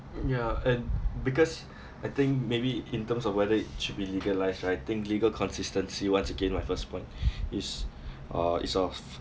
ya and because I think maybe in terms of whether it should be legalised I think legal consistency once again my first point is uh is off